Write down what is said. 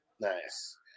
Nice